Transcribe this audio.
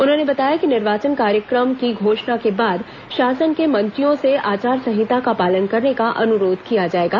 उन्होंने बताया कि निर्वाचन कार्यक्रम की घोषणा के बाद शासन के मंत्रियों से आचार संहिता का पालन करने का अनुरोध किया जाएगा